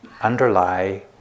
underlie